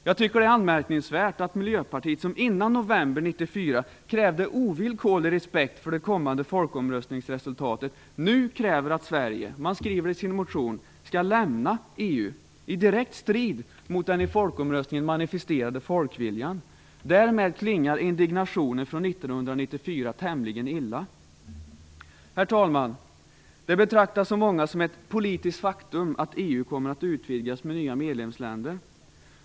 Jag tycker att det är anmärkningsvärt att Miljöpartiet, som innan november 1994 krävde ovillkorlig respekt för det kommande folkomröstningsresultatet, nu kräver att Sverige - det skriver man i sin motion - skall lämna EU i direkt strid mot den i folkomröstningen manifesterade folkviljan. Därmed klingar indignationen från 1994 tämligen illa. Herr talman! Det betraktas av många som ett politiskt faktum att EU kommer att utvidgas med nya medlemsländer.